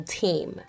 team